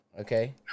Okay